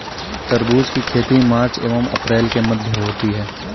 तरबूज की खेती मार्च एंव अप्रैल के मध्य होती है